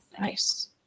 Nice